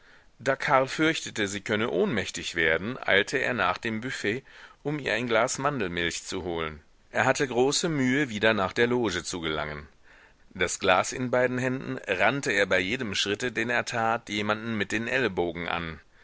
da karl fürchtete sie könne ohnmächtig werden eilte er nach dem büfett um ihr ein glas mandelmilch zu holen er hatte große mühe wieder nach der loge zu gelangen das glas in beiden händen rannte er bei jedem schritte den er tat jemanden mit den ellenbogen an